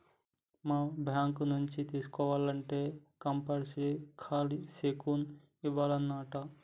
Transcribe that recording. మనం బాంకు నుంచి తీసుకోవాల్నంటే కంపల్సరీగా ఖాలీ సెక్కును ఇవ్యానంటా